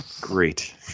great